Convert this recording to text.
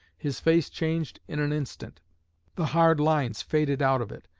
his face changed in an instant the hard lines faded out of it,